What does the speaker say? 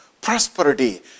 Prosperity